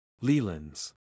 Leland's